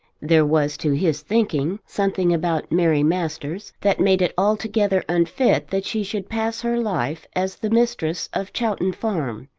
there was, to his thinking, something about mary masters that made it altogether unfit that she should pass her life as the mistress of chowton farm,